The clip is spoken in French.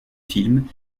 films